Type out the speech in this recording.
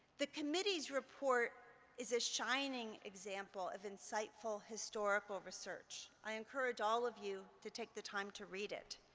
the committee's report is a shining example of insightful historical research. i encourage all of you to take the time to read it.